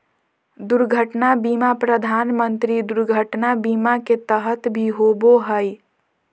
दुर्घटना बीमा प्रधानमंत्री दुर्घटना बीमा के तहत भी होबो हइ